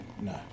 No